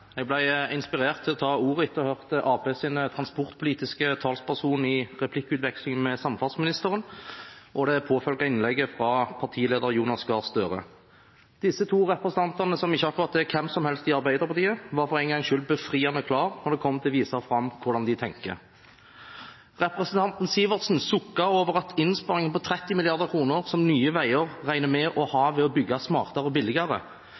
Jeg ble inspirert til å ta ordet etter å ha hørt Arbeiderpartiets transportpolitiske talsperson i replikkveksling med samferdselsministeren og det påfølgende innlegget fra partileder Jonas Gahr Støre. Disse to representantene, som ikke akkurat er hvem som helst i Arbeiderpartiet, var for en gangs skyld befriende klare når det kom til å vise hvordan de tenker. Representanten Sivertsen sukket over at innsparingen på 30 mrd. kr som Nye Veier regner med å ha ved å bygge smartere og billigere,